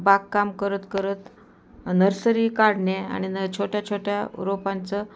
बागकाम करत करत नर्सरी काढणे आणि न छोट्या छोट्या रोपांचं